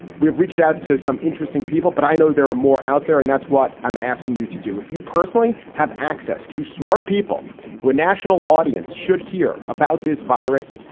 we've reached out to some interesting people, but i know there are more out there and that's what i'm asking you to do. if you personally have access to smart people who a national audience should hear about this virus,